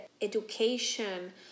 education